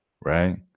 right